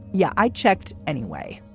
yeah, i checked anyway.